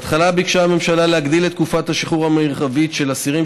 בהתחלה ביקשה הממשלה להגדיל את תקופת השחרור המרבית של אסירים